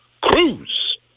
Cruz